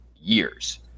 years